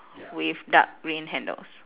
with dark green handles